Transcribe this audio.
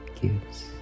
gives